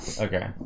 Okay